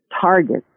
targets